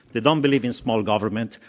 they don't believe in smallgovernment.